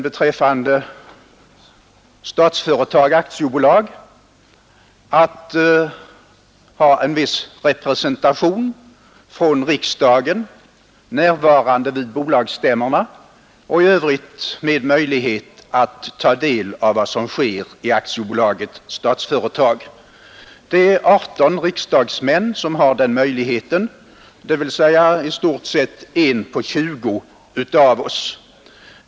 Beträffande Statsföretag AB förekommer en viss representation för riksdagen vid bolagsstämmorna. Det är 18 riksdagsmän som har möjlighet att vara närvarande, dvs. i stort sett 1 på 20 av oss.